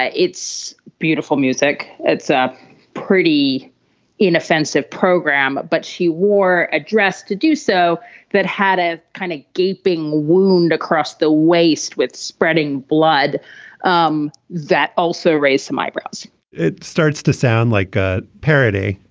ah it's beautiful music. it's a pretty inoffensive program. but she wore ah to do so that had a kind of gaping wound across the waist with spreading blood um that also raised some eyebrows it starts to sound like a parody,